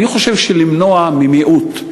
אני חושב שלמנוע ממיעוט,